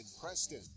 Preston